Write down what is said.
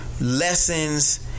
Lessons